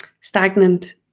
Stagnant